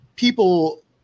people